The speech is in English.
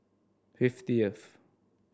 Fiftieth